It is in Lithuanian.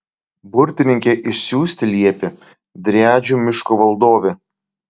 burtininkę išsiųsti liepė driadžių miško valdovė